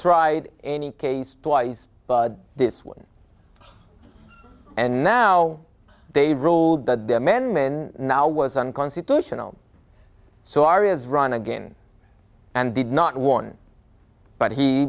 tried any case twice but this one and now they've ruled that the men men now was unconstitutional so arias run again and did not warn but he